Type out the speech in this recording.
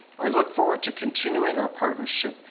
i look forward to continuing our partnership,